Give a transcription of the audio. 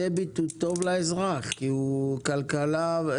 הדביט הוא טוב לאזרח כי הוא ניהול כלכלי אחראי.